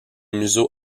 museau